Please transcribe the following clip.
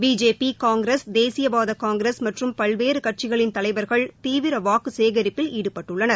BJP Congress தேசியவாத Congress மற்றும் பல்வேறு கட்சிகளின் தலைவர்கள் தீவிர வாக்குசேகரிப்பில் ஈடுபட்டுள்ளனர்